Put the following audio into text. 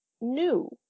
new